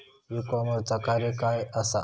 E कॉमर्सचा कार्य काय असा?